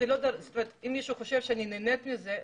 אם מישהו חושב שאני נהנית מזה,